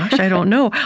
i don't know.